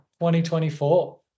2024